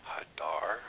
Hadar